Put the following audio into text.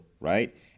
right